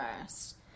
first